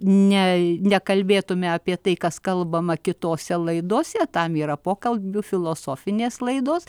ne nekalbėtume apie tai kas kalbama kitose laidose tam yra pokalbių filosofinės laidos